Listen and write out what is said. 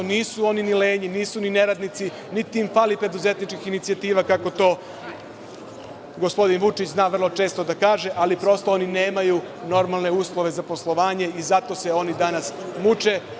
Nisu oni ni lenji, nisu ni neradnici, niti im fali preduzetničkih inicijativa, kako to gospodin Vučić zna vrlo često da kaže, ali prosto, oni nemaju normalne uslove za poslovanje i zato se oni danas muče.